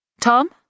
Tom